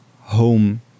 home